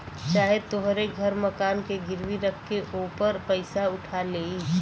चाहे तोहरे घर मकान के गिरवी रख के ओपर पइसा उठा लेई